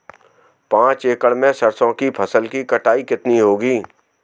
पांच एकड़ में सरसों की फसल की कटाई कितनी होगी?